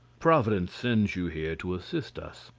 providence sends you here to assist us.